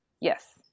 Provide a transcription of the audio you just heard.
Yes